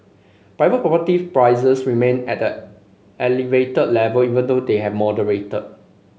private property prices remained at an elevated level even though they have moderated